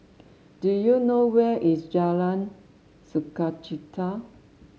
do you know where is Jalan Sukachita